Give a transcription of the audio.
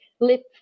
lip